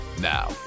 Now